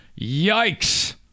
yikes